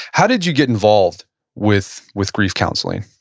how did you get involved with with grief counseling?